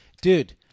Dude